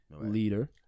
leader